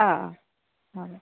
হয়